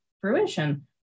fruition